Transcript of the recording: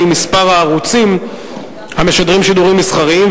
מספר הערוצים המשדרים שידורים מסחריים,